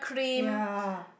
yea